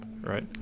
right